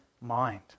mind